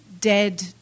dead